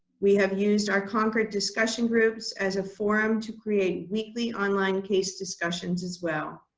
we have used our concord discussion groups as a forum to create weekly online case discussions as well.